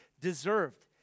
deserved